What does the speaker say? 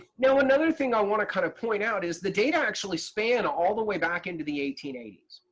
now another thing i want to kind of point out is the data actually span all the way back into the eighteen eighty s.